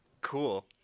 Cool